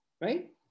right